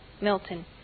Milton